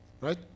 Right